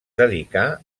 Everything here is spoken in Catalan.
dedicà